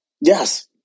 Yes